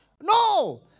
No